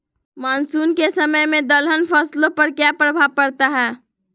Monsoon के समय में दलहन फसलो पर क्या प्रभाव पड़ता हैँ?